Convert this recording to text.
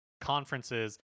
conferences